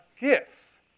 gifts